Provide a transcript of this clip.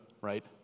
right